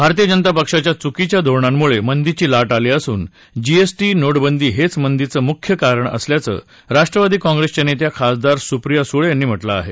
भारतीय जनता पक्षाच्या चुकीच्या धोरणांमुळे मंदीची लाट आली असून जीएसटी नोटबंदी हेच मंदीचं मुख्य कारण असल्याचं राष्ट्रवादी काँप्रेसच्या नेत्या खासदार सुप्रिया सुळे यांनी म्हटलं आहे